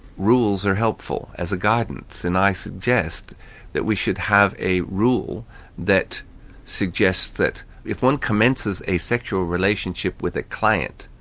rules are helpful as a guidance, and i suggest that we should have a rule that suggests that if one commences a sexual relationship with a client,